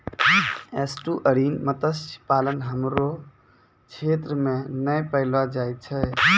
estuarine मत्स्य पालन हमरो क्षेत्र मे नै पैलो जाय छै